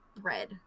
bread